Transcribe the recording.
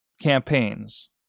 campaigns